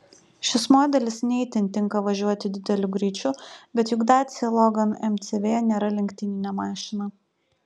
šis modelis ne itin tinka važiuoti dideliu greičiu bet juk dacia logan mcv nėra lenktyninė mašina